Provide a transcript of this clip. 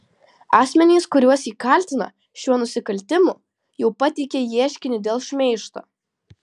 asmenys kuriuos ji kaltina šiuo nusikaltimu jau pateikė ieškinį dėl šmeižto